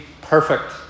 perfect